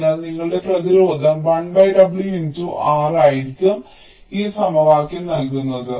അതിനാൽ നിങ്ങളുടെ പ്രതിരോധം lw x R⧠ ആയിരിക്കും ഈ സമവാക്യം നൽകുന്നത്